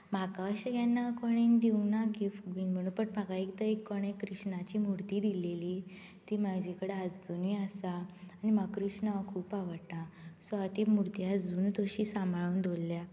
म्हाका अशें केन्ना कोणें दिवंक ना गिफ्ट बी म्हूण पण म्हाका एकदां कोणें कृष्णाची मुर्ती दिलेली ती म्हजे कडेन आजुनूय आसा आनी म्हाका कृष्णा हो खूब आवडटा सो हावें ती मुर्ती अजुनूय तशी सांबाळून दवरल्या